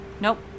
Nope